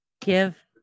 Give